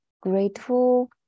grateful